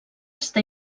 està